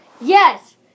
Yes